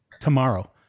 tomorrow